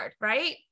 right